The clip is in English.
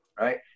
right